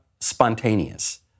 spontaneous